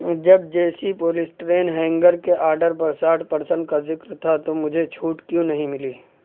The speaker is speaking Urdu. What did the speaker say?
جب جے سی پولیسٹیرین ہینگر کے آرڈر پر ساٹھ پرسینٹ کا ذکر تھا تو مجھے چھوٹ کیوں نہیں ملی